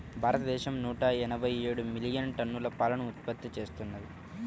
భారతదేశం నూట ఎనభై ఏడు మిలియన్ టన్నుల పాలను ఉత్పత్తి చేస్తున్నది